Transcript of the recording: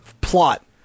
plot